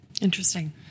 Interesting